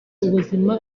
ubuzima